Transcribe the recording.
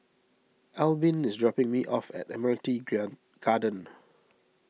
Albin is dropping me off at Admiralty Garden